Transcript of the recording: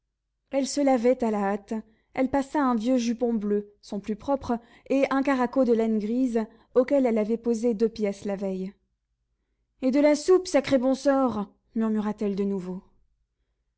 elle se lavait à la hâte elle passa un vieux jupon bleu son plus propre et un caraco de laine grise auquel elle avait posé deux pièces la veille et de la soupe sacré bon sort murmura-t-elle de nouveau